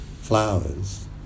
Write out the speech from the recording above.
flowers